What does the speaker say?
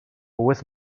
with